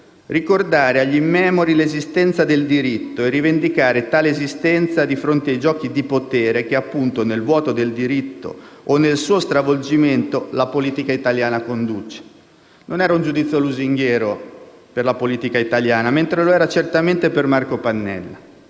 ricordare agli immemori l'esistenza del diritto e rivendicare tale esistenza di fronte ai giochi di potere che appunto, nel vuoto del diritto, o nel suo stravolgimento, la politica italiana conduce». Non era un giudizio lusinghiero, per la politica italiana, mentre lo era certamente per Marco Pannella.